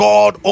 God